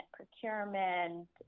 procurement